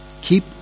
keep